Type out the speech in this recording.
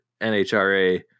NHRA